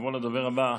נעבור לדובר הבא,